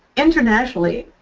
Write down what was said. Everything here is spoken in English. internationally,